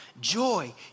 Joy